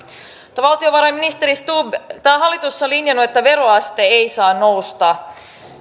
mutta valtiovarainministeri stubb tämä hallitus on linjannut että veroaste ei saa nousta